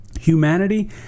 Humanity